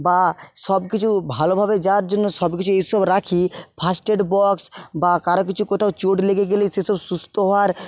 বা সবকিছু ভালোভাবে যার জন্য সব কিছু এইসব রাখি ফার্স্ট এড বক্স বা কারো কিছু কোথাও চোট লেগে গেলে সেসব সুস্থ হওয়ার